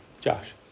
Josh